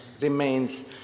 remains